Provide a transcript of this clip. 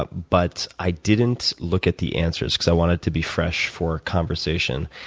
but but i didn't look at the answers because i want it to be fresh for conversation.